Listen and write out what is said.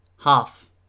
Half